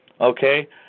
Okay